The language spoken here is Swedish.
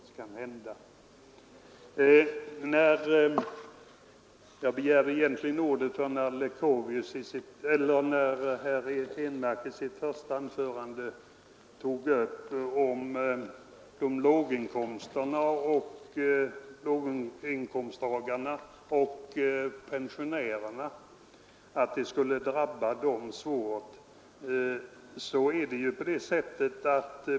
Jag begärde ordet när herr Henmark talade om att låginkomsttagarna och pensionärerna skulle drabbas av stora kostnader om de skall betala för hämtningen.